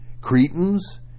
Cretans